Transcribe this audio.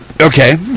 Okay